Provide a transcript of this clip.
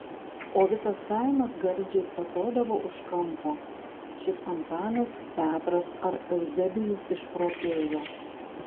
o visas kaimas gardžiai kvatodavo už kampo šit antanas petras ar euzebijus išprotėjo